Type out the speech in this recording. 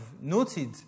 noted